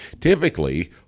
Typically